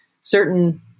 certain